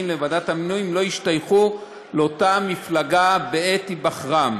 לוועדת המינויים לא ישתייכו לאותה מפלגה בעת היבחרם,